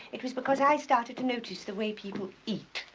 it was because i started to notice the way people eat.